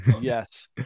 yes